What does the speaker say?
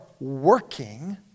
working